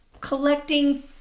Collecting